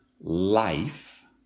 life